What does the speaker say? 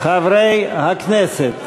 חברי הכנסת,